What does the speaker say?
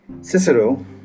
Cicero